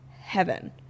heaven